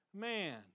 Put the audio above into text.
man